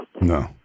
No